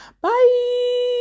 Bye